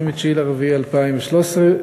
29 באפריל 2013,